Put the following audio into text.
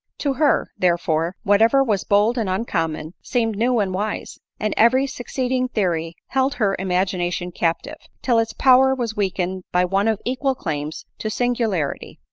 to her, therefore, whatever was bold and uncommon, seemed new and wise and every succeeding theoiy held her imagination captive, till its power was weakened by one of equal claims to singularity.